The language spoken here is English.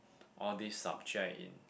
all this subject in